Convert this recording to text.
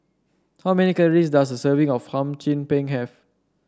how many calories does a serving of Hum Chim Peng have